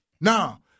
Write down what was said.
Now